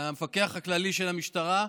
המפקח הכללי של המשטרה,